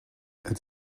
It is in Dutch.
het